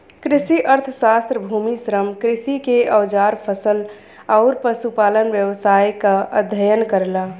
कृषि अर्थशास्त्र भूमि, श्रम, कृषि के औजार फसल आउर पशुपालन व्यवसाय क अध्ययन करला